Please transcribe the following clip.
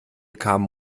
kamen